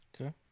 Okay